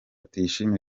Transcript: tuyishime